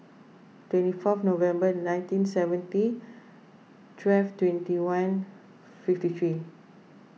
twenty fourth November nineteen seventy twelve twenty one fifty three